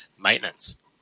maintenance